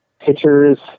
pitchers